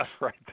right